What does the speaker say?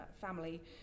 family